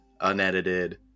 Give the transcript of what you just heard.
unedited